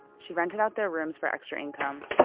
she rented out their rooms for extra income.